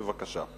בבקשה.